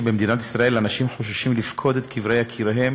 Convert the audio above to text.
שבמדינת ישראל אנשים חוששים לפקוד את קברי יקיריהם